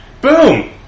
Boom